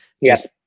Yes